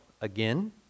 again